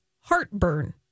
Heartburn